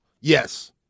Yes